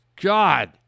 God